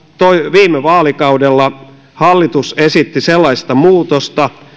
viime vaalikaudella hallitus esitti muutosta